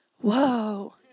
Whoa